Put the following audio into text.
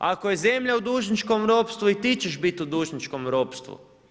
Ako je zemlja u dužničkom ropstvu, i ti ćeš biti u dužničkom ropstvu.